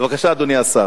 בבקשה, אדוני השר.